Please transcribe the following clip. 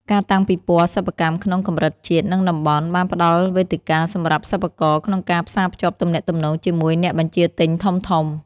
ការតាំងពិព័រណ៍សិប្បកម្មក្នុងកម្រិតជាតិ និងតំបន់ បានផ្ដល់វេទិកាសម្រាប់សិប្បករក្នុងការផ្សារភ្ជាប់ទំនាក់ទំនងជាមួយអ្នកបញ្ជាទិញធំៗ។